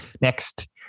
Next